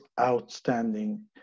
outstanding